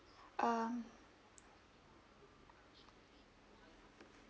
um